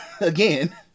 again